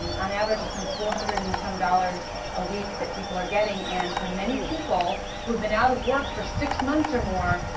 um on average some four hundred and some dollars a week that people are getting, and for many people who've been out of work for six months or more,